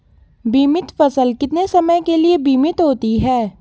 बीमित फसल कितने समय के लिए बीमित होती है?